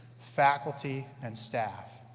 faculty and staff.